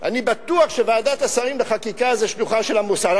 אני בטוח שוועדת השרים לחקיקה זה שלוחה של המוסד.